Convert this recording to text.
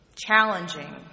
Challenging